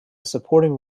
supporting